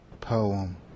poem